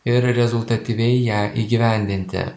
ir rezultatyviai ją įgyvendinti